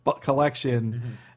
collection